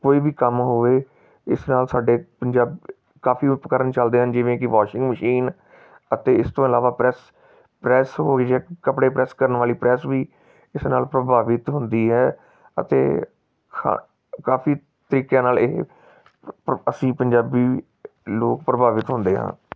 ਕੋਈ ਵੀ ਕੰਮ ਹੋਵੇ ਇਸ ਨਾਲ ਸਾਡੇ ਪੰਜਾ ਕਾਫੀ ਉਪਕਰਨ ਚਲਦੇ ਹਨ ਜਿਵੇਂ ਕਿ ਵਾਸ਼ਿੰਗ ਮਸ਼ੀਨ ਅਤੇ ਇਸ ਤੋਂ ਇਲਾਵਾ ਪ੍ਰੈਸ ਪ੍ਰੈਸ ਹੋ ਗਈ ਜੇ ਕੱਪੜੇ ਪ੍ਰੈਸ ਕਰਨ ਵਾਲੀ ਪ੍ਰੈਸ ਵੀ ਇਸ ਨਾਲ ਪ੍ਰਭਾਵਿਤ ਹੁੰਦੀ ਹੈ ਅਤੇ ਕਾ ਕਾਫੀ ਤਰੀਕਿਆਂ ਨਾਲ ਇਹ ਅਸੀਂ ਪੰਜਾਬੀ ਲੋਕ ਪ੍ਰਭਾਵਿਤ ਹੁੰਦੇ ਹਾਂ